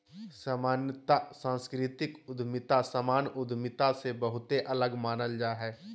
सामान्यत सांस्कृतिक उद्यमिता सामान्य उद्यमिता से बहुते अलग मानल जा हय